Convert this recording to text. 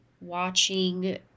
watching